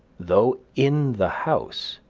though in the house,